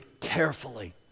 carefully